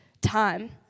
time